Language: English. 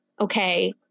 okay